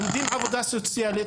לומדים עבודה סוציאלית